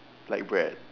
like bread